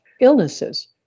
illnesses